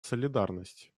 солидарность